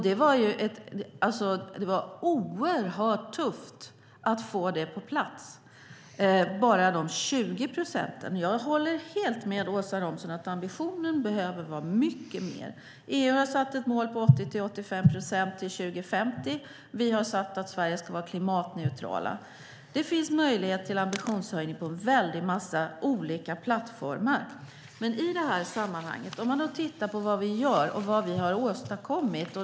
Det var oerhört tufft att få bara dessa 20 procent på plats. Jag håller med Åsa Romson om att ambitionen behöver vara mycket högre. EU har satt ett mål på 80-85 procent till 2050. Vi har sagt att Sverige ska vara klimatneutralt. Det finns möjlighet till ambitionshöjning på en massa olika plattformar. Men i det här sammanhanget ska vi också titta på vad vi gör och vad vi har åstadkommit.